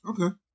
Okay